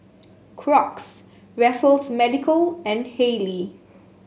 Crocs Raffles Medical and Haylee